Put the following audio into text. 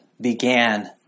began